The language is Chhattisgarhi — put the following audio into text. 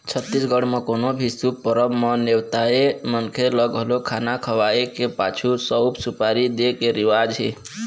छत्तीसगढ़ म कोनो भी शुभ परब म नेवताए मनखे ल घलोक खाना खवाए के पाछू सउफ, सुपारी दे के रिवाज हे